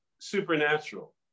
supernatural